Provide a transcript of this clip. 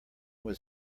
was